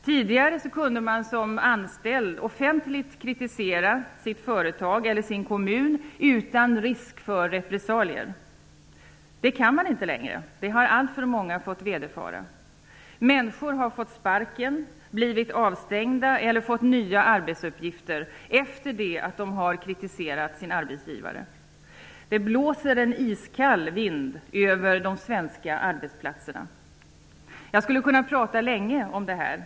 Tidigare kunde en anställd offentligt kritisera sitt företag eller sin kommun utan risk för repressalier. Det kan man inte längre. Det har alltför många fått vederfara. Människor har fått sparken, blivit avstängda eller fått nya arbetsuppgifter efter det att de har kritiserat sin arbetsgivare. Det blåser en iskall vind över de svenska arbetsplatserna. Jag skulle kunna tala länge om detta.